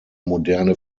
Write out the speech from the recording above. moderne